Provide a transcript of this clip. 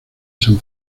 san